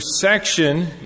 section